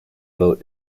boat